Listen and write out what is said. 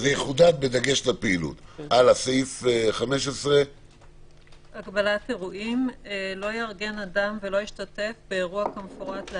זה האופי של האירועים - אירועים שמתאפיינים באינטראקציה בין אנשים.